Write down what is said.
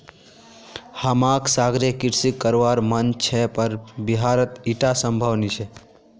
हमाक सागरीय कृषि करवार मन छ पर बिहारत ईटा संभव नी छ